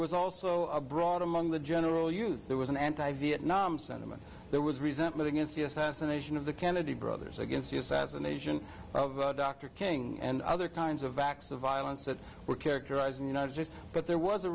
was also a broad among the general youth there was an anti vietnam sentiment there was resentment against the assassination of the kennedy brothers against the assassination of dr king and other kinds of acts of violence that were characterized in the united states but there was a